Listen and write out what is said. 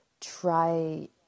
try